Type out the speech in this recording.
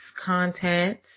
content